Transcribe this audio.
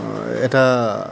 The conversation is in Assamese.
এটা